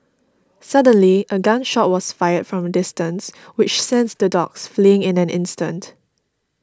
suddenly a gun shot was fired from a distance which the dogs fleeing in an instant